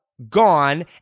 gone